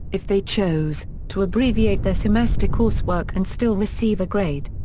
if they chose, to abbreviate their semester coursework and still receive a grade.